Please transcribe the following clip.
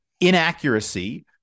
inaccuracy